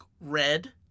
red